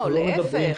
להפך.